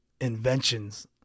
inventions